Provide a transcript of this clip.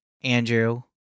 andrew